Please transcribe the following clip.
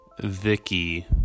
Vicky